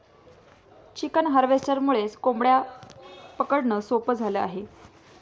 chicken हार्वेस्टरमुळे कोंबड्या पकडणं सोपं झालं आहे